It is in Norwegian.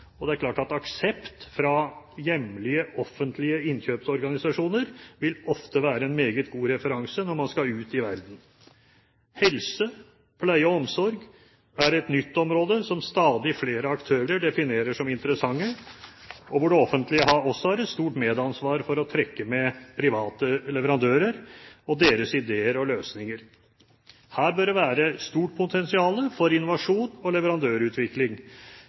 og det er klart at aksept fra hjemlige, offentlige innkjøpsorganisasjoner vil ofte være en meget god referanse når man skal ut i verden. Helse, pleie og omsorg er nye områder som stadig flere aktører definerer som interessante, og hvor det offentlige også har et stort medansvar for å trekke med private leverandører og deres ideer og løsninger. Her bør det være et stort potensial for innovasjon og leverandørutvikling,